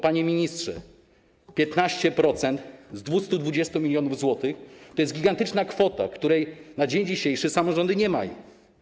Panie ministrze, 15% z 220 mln zł to jest gigantyczna kwota, której na dzień dzisiejszy samorządy nie mają.